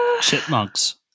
chipmunks